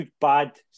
bad